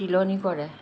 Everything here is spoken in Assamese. তিলনী কৰে